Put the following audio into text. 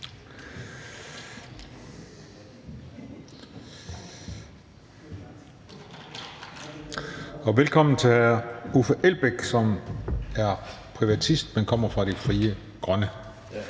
og velkommen til hr. Uffe Elbæk, som er privatist, men kommer fra Frie Grønne.